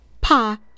Pa